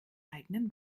eigenen